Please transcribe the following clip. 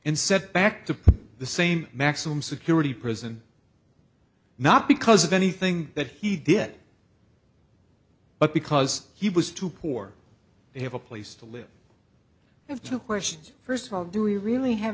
and set back to the same maximum security prison not because of anything that he did but because he was too poor to have a place to live i have two questions first of all do we really have